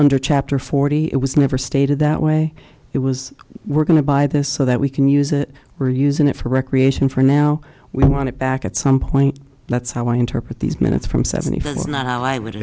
under chapter forty it was never stated that way it was we're going to buy this so that we can use it we're using it for recreation for now we want it back at some point that's how i interpret these minutes from seventy f